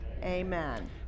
amen